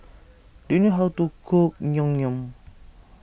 do you know how to cook Naengmyeon